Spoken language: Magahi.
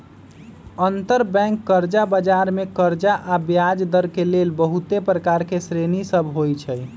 अंतरबैंक कर्जा बजार मे कर्जा आऽ ब्याजदर के लेल बहुते प्रकार के श्रेणि सभ होइ छइ